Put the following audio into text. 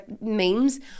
memes